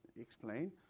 explain